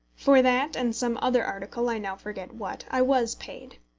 for that and some other article, i now forget what, i was paid.